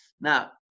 Now